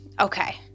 okay